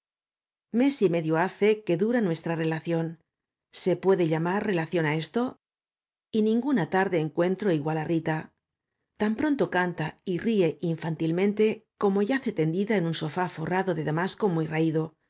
mes y medio hace que dura nuestra relación se puede llamar relación á esto y ninguna tarde encuentro igual á rita tan pronto canta y ríe infantilmente como yace tendida en un sofá forrado de damasco muy raído